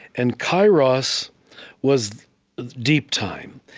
and kairos was deep time.